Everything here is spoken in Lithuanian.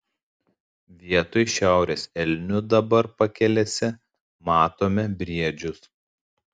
vietoj šiaurės elnių dabar pakelėse matome briedžius